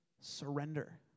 surrender